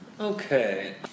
Okay